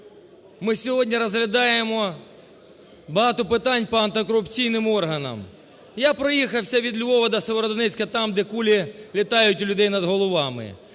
ми сьогодні розглядаємо багато питань по антикорупційним органам. Я проїхався від Львова до Сєвєродонецька, там, де кулі літають у людей над головами,